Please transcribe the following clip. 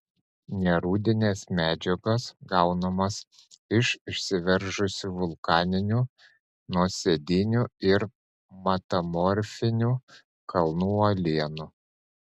nerūdinės medžiagos gaunamos iš išsiveržusių vulkaninių nuosėdinių ir metamorfinių kalnų uolienų